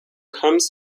comes